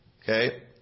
Okay